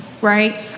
right